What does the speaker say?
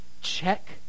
check